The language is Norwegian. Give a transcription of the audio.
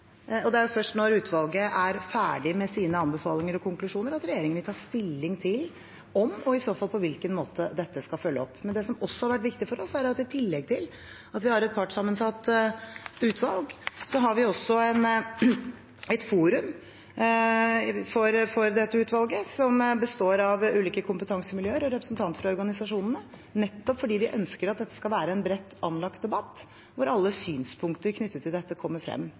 Det er først når utvalget er ferdig med sine anbefalinger og konklusjoner, at regjeringen vil ta stilling til om – og i så fall på hvilken måte – dette skal følges opp. Det som også har vært viktig for oss, er at vi i tillegg til å ha et partssammensatt utvalg, også har et forum for dette utvalget som består av ulike kompetansemiljøer og representanter for organisasjonene, nettopp fordi vi ønsker at dette skal være en bredt anlagt debatt, hvor alle synspunkter knyttet til dette kommer frem